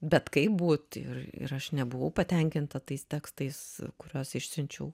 bet kaip būt ir aš nebuvau patenkinta tais tekstais kuriuos išsiunčiau